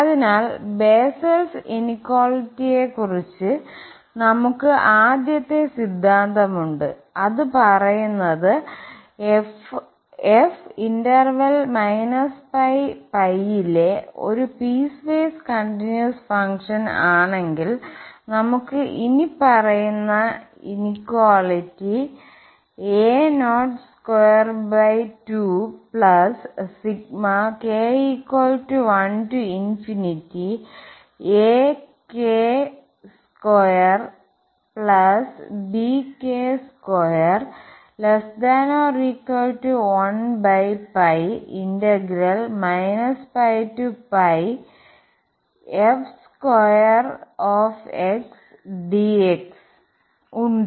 അതിനാൽ ബെസ്സൽസ് ഇനിക്വാളിറ്റിയെകുറിച്ച് നമുക് ആദ്യത്തെ സിദ്ധാന്തമുണ്ട് അത് പറയുന്നത് f ഇന്റർവെൽ ലെ ഒരു പീസ്വേസ് കണ്ടിന്യൂസ് ഫംഗ്ഷൻ ആണെങ്കിൽ നമുക് ഇനിപ്പറയുന്ന ഇനിക്വാളിറ്റിഉണ്ട്